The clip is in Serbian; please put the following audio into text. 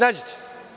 Nađite.